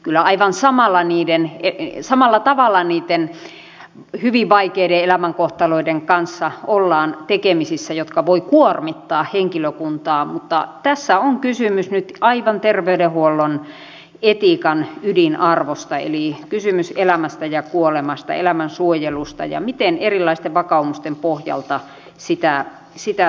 kyllä aivan samalla tavalla ollaan tekemisissä niitten hyvin vaikeitten elämänkohtaloitten kanssa jotka voivat kuormittaa henkilökuntaa mutta tässä on kysymys nyt aivan terveydenhuollon etiikan ydinarvosta eli on kysymys elämästä ja kuolemasta elämän suojelusta ja siitä miten erilaisten vakaumusten pohjalta sitä tulkitaan